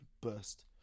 burst